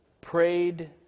prayed